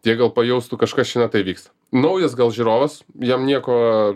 jie gal pajaustų kažkas čia ne tai vyksta naujas gal žiūrovas jam nieko